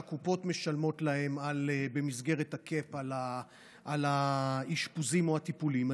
מה שהקופות משלמות להן במסגרת ה-cap על האשפוזים או הטיפולים,